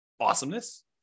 Awesomeness